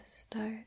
start